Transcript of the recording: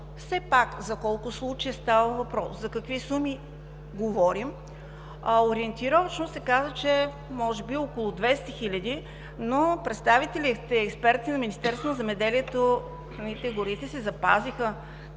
все пак за колко случая става въпрос, за какви суми говорим, ориентировъчно се каза, че може би около 200 хиляди, но представителите експерти на Министерството на земеделието, храните и горите си запазиха